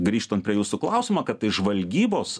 grįžtant prie jūsų klausimo kad tai žvalgybos